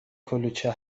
کلوچه